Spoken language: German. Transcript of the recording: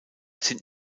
sind